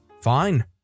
fine